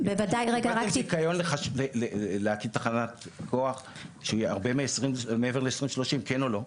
קיבלתם זיכיון להקים תחנת כוח שהיא הרבה מעבר ל- 2030 כן או לא?